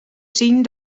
zien